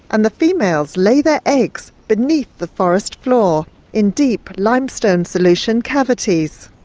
and the females lay their eggs beneath the forest floor in deep limestone solution cavities.